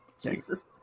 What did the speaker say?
Jesus